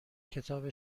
کتاب